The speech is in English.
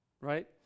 Right